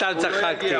סתם צחקתי.